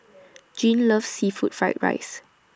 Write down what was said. Jean loves Seafood Fried Rice